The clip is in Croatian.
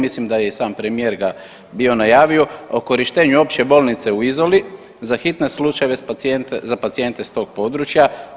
Mislim da je i sam premijer ga bio najavio o korištenju Opće bolnice u Izoli za hitne slučajeve za pacijente s tog područja.